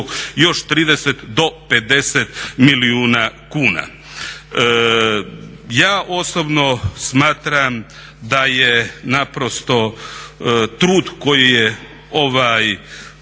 još 30 do 50 milijuna kuna. Ja osobno smatram da je naprosto trud koji je